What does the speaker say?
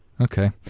okay